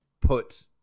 put